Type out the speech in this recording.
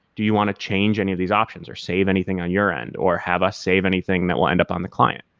do you want to change any of these options are save anything on your end or have us save anything that will end up on the client?